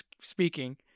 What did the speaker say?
speaking